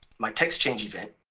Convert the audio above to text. my text change event,